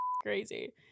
crazy